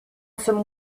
some